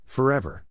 Forever